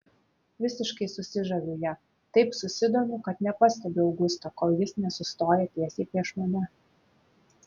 visiškai susižaviu ja taip susidomiu kad nepastebiu augusto kol jis nesustoja tiesiai prieš mane